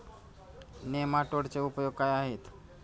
नेमाटोडचे उपयोग काय आहेत?